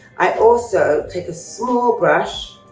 i also take a small brush.